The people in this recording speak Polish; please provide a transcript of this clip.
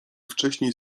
wcześniej